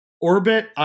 orbit